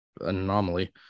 anomaly